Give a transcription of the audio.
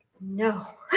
No